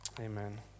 Amen